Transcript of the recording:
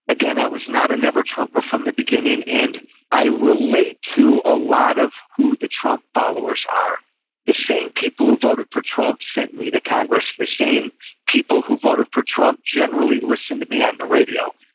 again, i was not a never trump from the beginning. and i relate to a lot of who the trump followers are the same people who voted for trump sent me to congress, the same people who voted for trump. generally, listen to me on the radio.